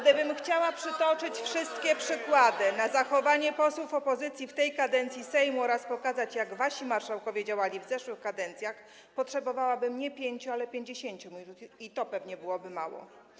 Gdybym chciała przytoczyć wszystkie przykłady zachowania posłów opozycji w tej kadencji Sejmu oraz pokazać, jak wasi marszałkowie działali w zeszłych kadencjach, potrzebowałabym nie 5, ale 50 minut, i to pewnie byłoby mało.